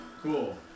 Cool